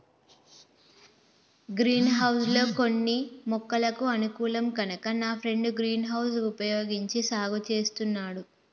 green house లో కొన్ని మొక్కలకు అనుకూలం కనుక నా ఫ్రెండు గ్రీన్ హౌస్ వుపయోగించి సాగు చేస్తున్నాడు